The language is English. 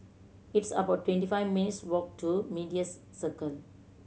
it's about twenty five minutes' walk to Medias Circle